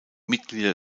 mitglieder